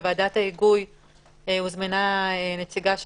בוועדת ההיגוי הוזמנה נציג של